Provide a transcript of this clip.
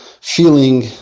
feeling